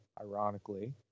ironically